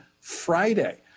Friday